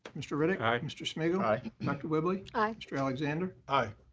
mr. riddick. aye. mr. smigiel. aye. dr. whibley. aye. mr. alexander. aye.